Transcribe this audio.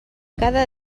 cada